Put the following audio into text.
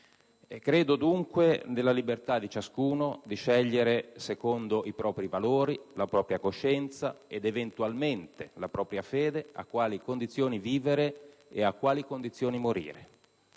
Credo dunque nella libertà di ciascuno di scegliere secondo i propri valori, la propria coscienza, ed eventualmente la propria fede a quali condizioni vivere e a quali condizioni morire.